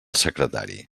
secretari